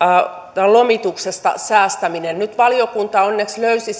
myös lomituksesta säästäminen nyt valiokunta onneksi löysi